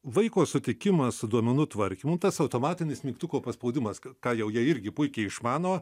vaiko sutikimas su duomenų tvarkymu tas automatinis mygtuko paspaudimas ką jau jie irgi puikiai išmano